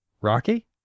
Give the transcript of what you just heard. Rocky